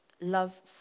love